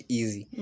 easy